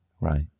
Right